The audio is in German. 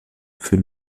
für